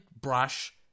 brush